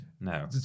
No